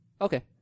Okay